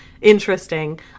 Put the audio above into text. interesting